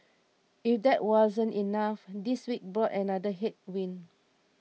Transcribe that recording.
if that wasn't enough this week brought another headwind